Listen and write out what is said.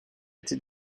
été